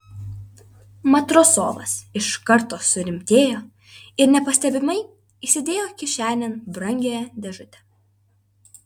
matrosovas iš karto surimtėjo ir nepastebimai įsidėjo kišenėn brangiąją dėžutę